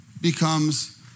becomes